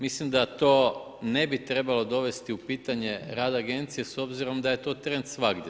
Mislim da to ne bi trebalo dovesti u pitanje rad agencije s obzirom da je to trend svagdje.